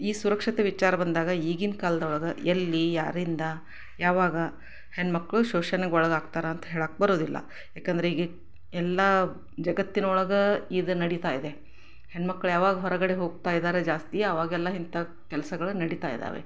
ಈ ಸುರಕ್ಷತೆ ವಿಚಾರ ಬಂದಾಗ ಈಗಿನ ಕಾಲ್ದೊಳ್ಗೆ ಎಲ್ಲಿ ಯಾರಿಂದ ಯಾವಾಗ ಹೆಣ್ಣು ಮಕ್ಳು ಶೋಷಣೆಗೆ ಒಳಗಾಗ್ತಾರೆ ಅಂತ ಹೇಳೋಕ್ ಬರೋದಿಲ್ಲ ಯಾಕಂದ್ರೆ ಈಗ ಎಲ್ಲ ಜಗತ್ತಿನೊಳಗೆ ಇದು ನಡಿತಾ ಇದೆ ಹೆಣ್ಮಕ್ಳು ಯಾವಾಗ ಹೊರಗಡೆ ಹೋಗ್ತಾ ಇದ್ದಾರೆ ಜಾಸ್ತಿ ಅವಾಗೆಲ್ಲ ಇಂಥ ಕೆಲಸಗಳು ನಡಿತಾ ಇದ್ದಾವೆ